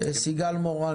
סיגל מורן.